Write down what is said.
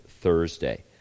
Thursday